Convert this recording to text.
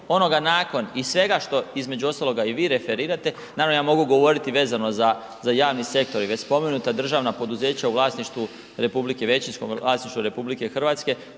onoga nakon i svega što između ostaloga i vi referirate, naravno ja mogu govoriti vezano za javni sektor i već spomenuta državna poduzeća u većinskom vlasništvu RH, to je tema